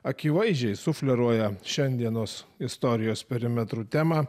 akivaizdžiai sufleruoja šiandienos istorijos perimetru temą